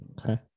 Okay